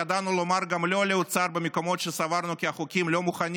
ידענו לומר גם לא לאוצר במקומות שסברנו כי החוקים לא מוכנים